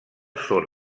són